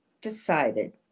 decided